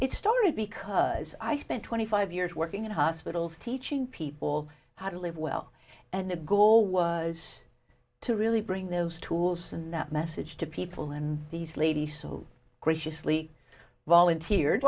it started because i spent twenty five years working in hospitals teaching people how to live well and the goal was to really bring those tools that message to people and these ladies so graciously volunteered